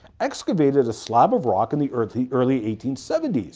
excavated a slab of rock in the early early eighteen seventy s.